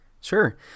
Sure